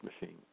machine